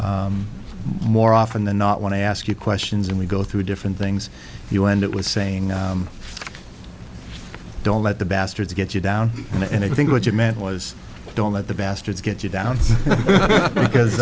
more often than not when i ask you questions and we go through different things the one that was saying don't let the bastards get you down and i think what you meant was don't let the bastards get you down because